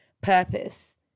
purpose